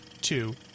two